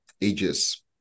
ages